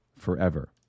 forever